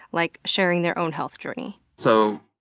like sharing their own health journey. so,